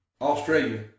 Australia